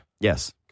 Yes